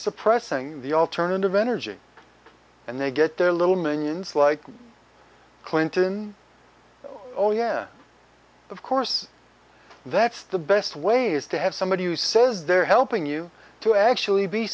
suppressing the alternative energy and they get their little minions like clinton oh yeah of course that's the best way is to have somebody who says they're helping you to actually be